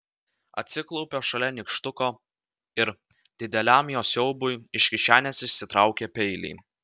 atsiklaupė šalia nykštuko ir dideliam jo siaubui iš kišenės išsitraukė peilį